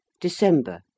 December